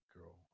girl